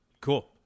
Cool